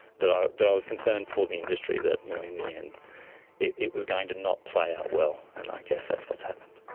that i that i was concerned for the industry, that you know in the end it it was going to not play out well, and i guess that's what's happened.